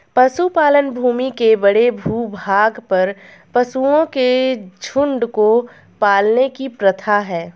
पशुपालन भूमि के बड़े भूभाग पर पशुओं के झुंड को पालने की प्रथा है